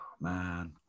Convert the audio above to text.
man